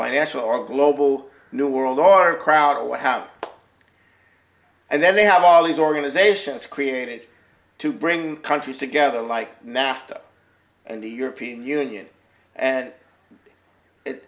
financial or global new world are proud of what happened and then they have all these organizations created to bring countries together like nafta and the european union and it